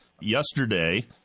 yesterday –